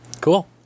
Cool